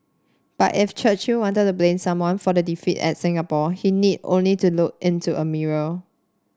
but if Churchill wanted to blame someone for the defeat at Singapore he need only to look into a mirror